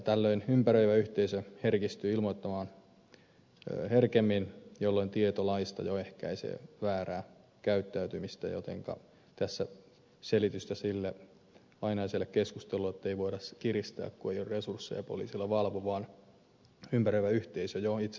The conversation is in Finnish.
tällöin ympäröivä yhteisö herkistyy ilmoittamaan herkemmin jolloin tieto laista jo ehkäisee väärää käyttäytymistä jotenka tässä vastinetta sille ainaiselle keskustelulle ettei voida kiristää kun ei ole resursseja poliisilla valvoa vaan ympäröivä yhteisö jo itsessään valvoo